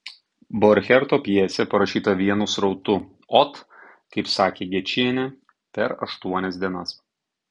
borcherto pjesė parašyta vienu srautu ot kaip sakė gečienė per aštuonias dienas